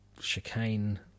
chicane